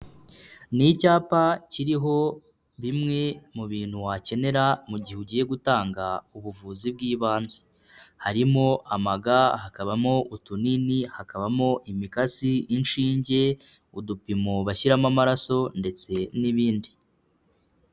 Ni icyapa kiriho bimwe mu bintu wakenera mu gihe ugiye gutanga ubuvuzi bw'ibanze. Harimo amaga, hakabamo utunini, hakabamo imikasi, inshinge, udupimo bashyiramo amaraso ndetse n'ibindi.